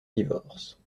divorce